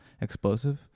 explosive